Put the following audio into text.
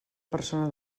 persona